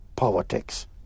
politics